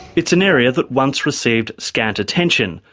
it's an area that once received scant attention,